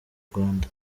rwanda